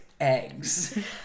eggs